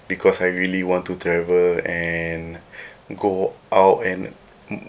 because I really want to travel and go out and